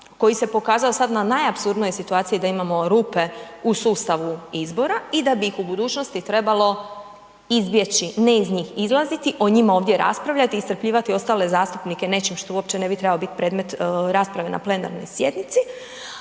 koji se pokazao sad na najapsurdnijoj situaciji da imamo rupe u sustavu izbora i da bi ih u budućnosti trebalo izbjeći, ne iz njih izlaziti, o njima ovdje raspravljati, iscrpljivati ostale zastupnike nečim što uopće ne bi trebalo predmet rasprave na plenarnoj sjednici